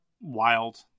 wild